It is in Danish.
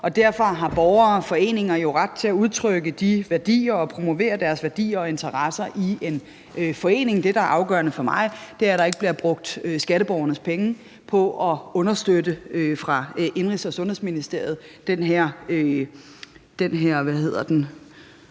derfor har borgere og foreninger jo ret til at udtrykke og promovere deres værdier og interesser i en forening. Det, der er afgørende for mig, er, at der ikke bliver brugt skatteborgerpenge fra Indenrigs- og Sundhedsministeriets side